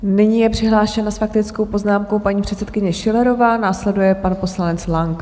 Nyní je přihlášena s faktickou poznámkou paní předsedkyně Schillerová, následuje pan poslanec Lang.